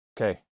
Okay